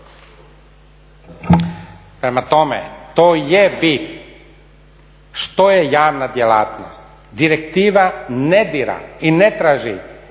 Prema tome, to je bit što je javna djelatnost. Direktiva ne dira i ne traži